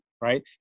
right